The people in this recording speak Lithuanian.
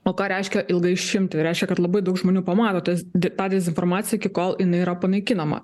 o ką reiškia ilgai išimti reiškia kad labai daug žmonių pamato tas tą dezinformaciją iki kol jinai yra panaikinama